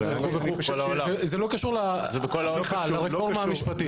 זה לא קשור לרפורמה המשפטית.